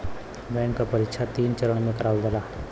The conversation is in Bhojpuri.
बैंक क परीक्षा तीन चरण में करावल जाला